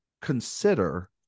consider